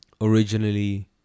originally